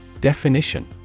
Definition